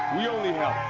we only helped.